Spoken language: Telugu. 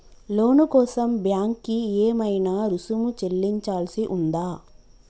లోను కోసం బ్యాంక్ కి ఏమైనా రుసుము చెల్లించాల్సి ఉందా?